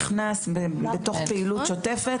נכנס בתוך פעילות נוספת,